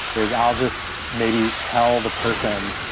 is i'll just maybe tell the person,